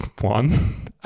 one